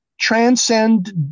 transcend